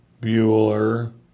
Bueller